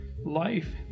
life